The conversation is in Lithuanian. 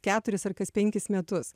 keturis ar kas penkis metus